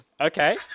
Okay